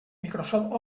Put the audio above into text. microsoft